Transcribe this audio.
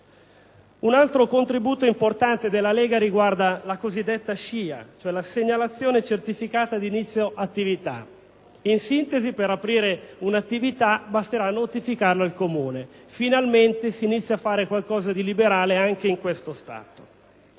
Un altro importante contributo della Lega riguarda la cosiddetta SCIA, ovvero la segnalazione certificata di inizio attività. In sintesi, per aprire un'attività basterà notificarlo al Comune: finalmente si inizia a fare qualcosa di liberale anche in questo Stato.